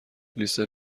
لیست